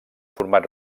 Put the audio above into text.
format